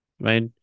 Right